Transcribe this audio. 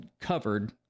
covered